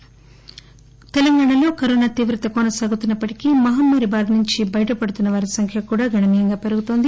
corona Telangana corona తీవ్రత కొనసాగుతున్నప్పటికీ మహమ్మారి బారి నుంచి బయట పడుతున్న వారి సంఖ్య కూడా గణనీయంగా పెరుగుతోంది